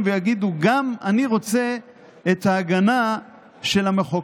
ויגידו: גם אני רוצה את ההגנה של המחוקק,